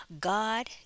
god